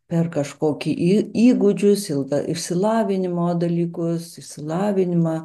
per kažkokį į įgūdžius ilgą išsilavinimo dalykus išsilavinimą